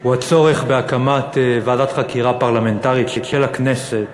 הוא הצורך בהקמת ועדת חקירה פרלמנטרית של הכנסת